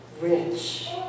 rich